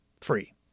free